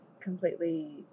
completely